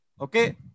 Okay